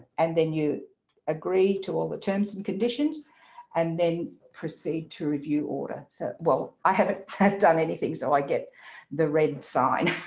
and then you agree to all the terms and conditions and then proceed to review order. so well i haven't planned on anything so i get the red sign.